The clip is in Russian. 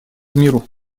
миру